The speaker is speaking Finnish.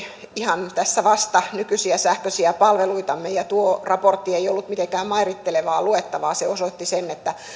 ihan tässä vasta nykyisiä sähköisiä palveluitamme ja tuo raportti ei ollut mitenkään mairittelevaa luettavaa se osoitti sen että